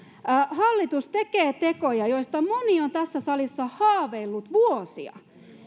hallitus tekee tekoja joista moni on tässä salissa haaveillut vuosia